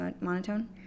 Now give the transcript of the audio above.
monotone